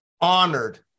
honored